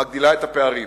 מגדילה את הפערים,